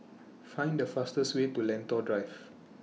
Find The fastest Way to Lentor Drive